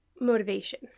motivation